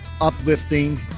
uplifting